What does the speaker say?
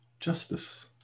Justice